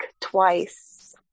twice